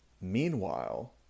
Meanwhile